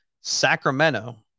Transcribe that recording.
Sacramento